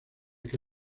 que